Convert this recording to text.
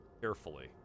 carefully